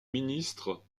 ministre